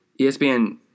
ESPN